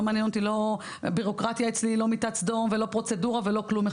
מעניין אותי לא ביורוקרטיה אצלי לא מיטת סדום ולא פרוצדורה ולא כלום,